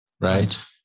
Right